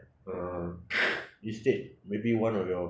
uh you state maybe one of your